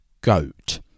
Goat